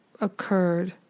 occurred